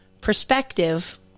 perspective